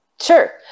Sure